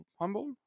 humble